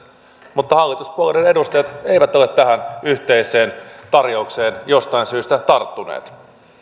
mutta hallituspuolueiden edustajat eivät ole tähän yhteiseen tarjoukseen jostain syystä tarttuneet